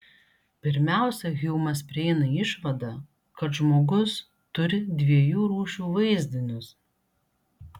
pirmiausia hjumas prieina išvadą kad žmogus turi dviejų rūšių vaizdinius